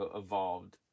evolved